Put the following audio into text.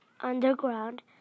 underground